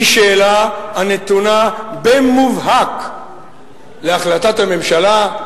היא שאלה הנתונה במובהק להחלטת הממשלה,